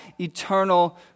eternal